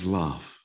love